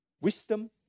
wisdom